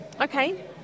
Okay